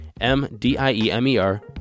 M-D-I-E-M-E-R